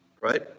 Right